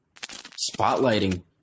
spotlighting